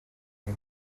bon